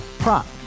Prop